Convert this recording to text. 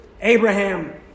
Abraham